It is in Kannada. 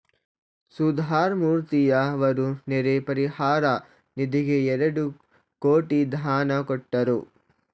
ಸುಧಾಮೂರ್ತಿಯವರು ನೆರೆ ಪರಿಹಾರ ನಿಧಿಗೆ ಎರಡು ಕೋಟಿ ದಾನ ಕೊಟ್ಟರು